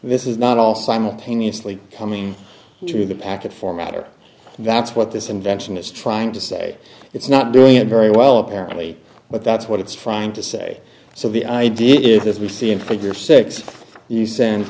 this is not all simultaneously coming into the packet format or that's what this invention is trying to say it's not doing it very well apparently but that's what it's trying to say so the idea if we see in figure six